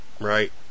Right